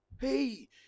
Hey